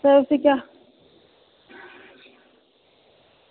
इसदा